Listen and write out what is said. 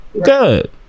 good